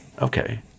okay